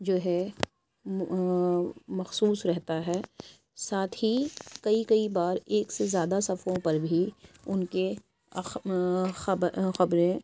جو ہے مخصوص رہتا ہے ساتھ ہی کئی کئی بار ایک سے زیادہ صفحوں پر بھی اُن کے خبریں